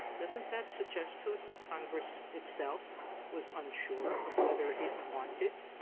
doesn't that suggest to us that congress itself was unsure of whether it wanted